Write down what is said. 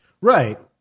Right